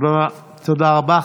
תודה רבה.